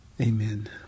Amen